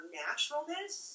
naturalness